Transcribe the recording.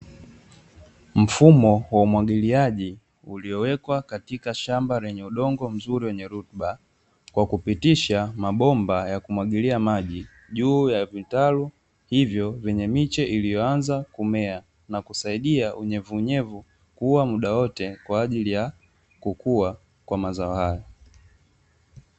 Mfumo wa umwagiliaji uliowekwa katika shamba lenye udongo mzuri wenye rutuba, kwa kupitisha mabomba ya kumwagilia maji juu ya vitalu hivyo vyenye miche iliyoanza kumea, na kusaidia unyevuunyevu kuwa muda wote kwa ajili ya kukua kwa mazao hayo.